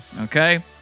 Okay